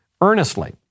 earnestly